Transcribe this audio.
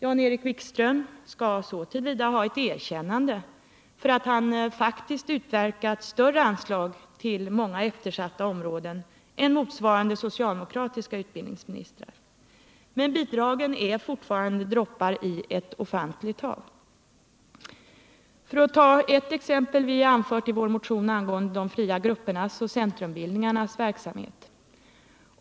Jan-Erik Wikström skall så till vida ha ett erkännande att han faktiskt utverkat större anslag till många eftersatta områden än de socialdemokratiska utbildningsministrarna, men bidragen är fortfarande droppar i ett ofantligt hav. Låt mig bara ta ett exempel, som vi anfört i vår motion angående de fria gruppernas och centrumbildningarnas verksamhet.